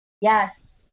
Yes